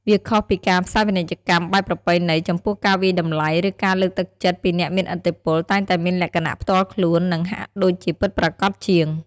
វាខុសពីការផ្សាយពាណិជ្ជកម្មបែបប្រពៃណី ចំពោះការវាយតម្លៃ ឬការលើកទឹកចិត្តពីអ្នកមានឥទ្ធិពលតែងតែមានលក្ខណៈផ្ទាល់ខ្លួន និងហាក់ដូចជាពិតប្រាកដជាង។